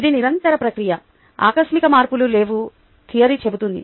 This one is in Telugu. ఇది నిరంతర ప్రక్రియ ఆకస్మిక మార్పులు లేవు థియరీ చెబుతుంది